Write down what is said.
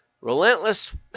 relentless